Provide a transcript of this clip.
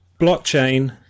blockchain